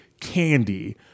candy